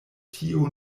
tio